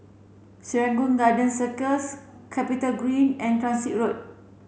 Serangoon Garden Circus CapitaGreen and Transit Road